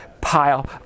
pile